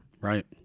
Right